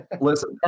Listen